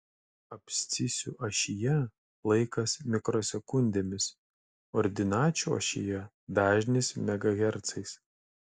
abscisių ašyje laikas mikrosekundėmis ordinačių ašyje dažnis megahercais